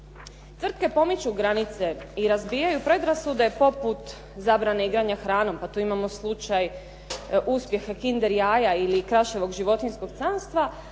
Tvrtke pomiču granice i razbijaju predrasude poput zabrane igranja hranom, pa tu imamo slučaj uspjehe Kinder jaja ili Kraševog životinjskog carstva,